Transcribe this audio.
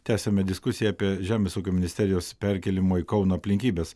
tęsiame diskusiją apie žemės ūkio ministerijos perkėlimo į kauną aplinkybes